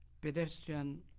Pedestrian